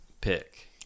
pick